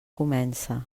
comença